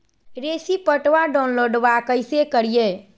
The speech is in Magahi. रेसिप्टबा डाउनलोडबा कैसे करिए?